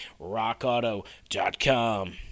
rockauto.com